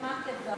רגע,